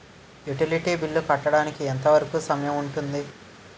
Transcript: Utility bill కట్టడానికి ఎంత వరుకు సమయం ఉంటుంది?